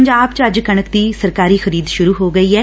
ਪੰਜਾਬ ਚ ਅੱਜ ਕਣਕ ਦੀ ਸਰਕਾਰੀ ਖਰੀਦ ਸੁਰੁ ਹੋ ਗਈ ਐ